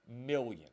million